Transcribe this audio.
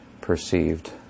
perceived